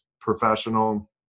professional